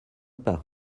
par